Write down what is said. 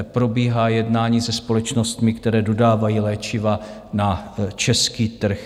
Probíhá jednání se společnostmi, které dodávají léčiva na český trh.